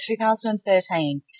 2013